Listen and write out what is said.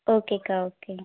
okay அக்கா okay